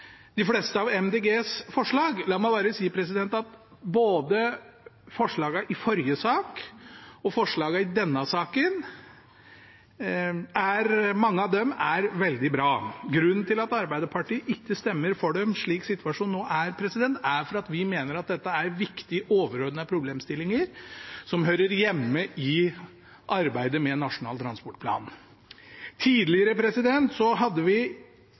de fleste av Miljøpartiet De Grønnes forslag. La meg bare si at mange av forslagene både i forrige sak og i denne saken er veldig bra. Grunnen til at Arbeiderpartiet ikke stemmer for dem slik situasjonen er nå, er at vi mener det er viktige overordnede problemstillinger som hører hjemme i arbeidet med Nasjonal transportplan. Tidligere hadde vi